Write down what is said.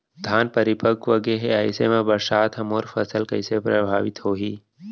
धान परिपक्व गेहे ऐसे म बरसात ह मोर फसल कइसे प्रभावित होही?